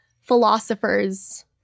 philosophers